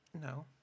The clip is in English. No